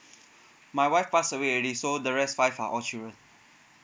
my wife pass away already so the rest five are all children